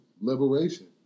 liberation